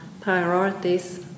priorities